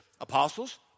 Apostles